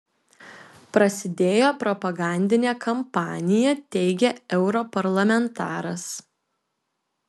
prasidėjo propagandinė kampanija teigia europarlamentaras